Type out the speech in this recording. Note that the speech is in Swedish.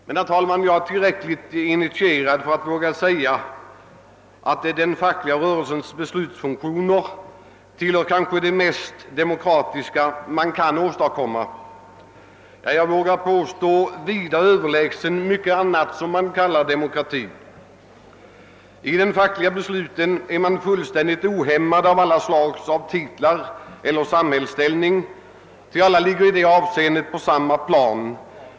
Men, herr talman, jag är tillräckligt initierad för att våga säga att den fackliga rörelsens beslutsfunktioner hör till det mest demokratiska som kan åstadkommas. Ja, jag vågar påstå att de är vida överlägsna mycket annat som man kallar demokrati. I de fackliga besluten är man fullständigt ohämmad av alla hänsyn till titel och samhällsställning, ty alla befinner sig i dessa avseenden på samma plan.